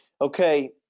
Okay